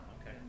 okay